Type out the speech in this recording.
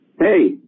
Hey